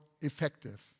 effective